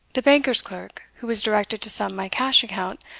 the banker's clerk, who was directed to sum my cash-account,